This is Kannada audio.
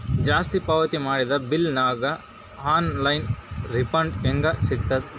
ಜಾಸ್ತಿ ಪಾವತಿ ಮಾಡಿದ ಬಿಲ್ ಗ ಆನ್ ಲೈನ್ ರಿಫಂಡ ಹೇಂಗ ಸಿಗತದ?